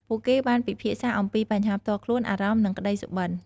ពួកគេបានពិភាក្សាអំពីបញ្ហាផ្ទាល់ខ្លួន អារម្មណ៍ និងក្តីសុបិន្ត។